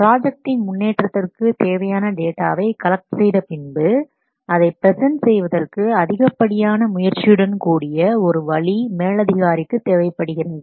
ப்ராஜெக்ட்டின் முன்னேற்றத்திற்கு தேவையான டேட்டாவை கலெக்ட் செய்த பின்பு அதை ப்ரெஸன்ட் செய்வதற்கு அதிகப்படியான முயற்சியுடன் கூடிய ஒரு வழி மேலதிகாரிக்கு தேவைப்படுகிறது